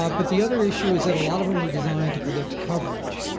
um but the other issue is that a lot of them were designed to predict coverage,